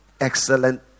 excellent